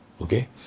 Okay